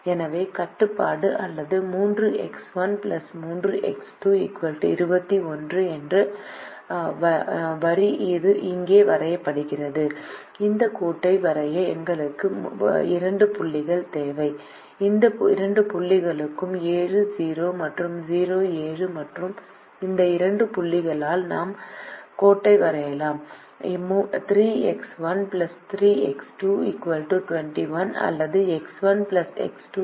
எனவே கட்டுப்பாடு அல்லது 3X1 3X2 21 என்ற வரி இங்கே வரையப்பட்டுள்ளது இந்த கோட்டை வரைய எங்களுக்கு இரண்டு புள்ளிகள் தேவை இந்த இரண்டு புள்ளிகளும் 70 மற்றும் 07 மற்றும் இந்த இரண்டு புள்ளிகளால் நாம் கோட்டை வரையலாம் 3X1 3X2 21 அல்லது X1 X2 7